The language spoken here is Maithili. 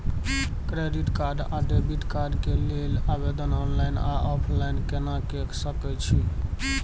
क्रेडिट कार्ड आ डेबिट कार्ड के लेल आवेदन ऑनलाइन आ ऑफलाइन केना के सकय छियै?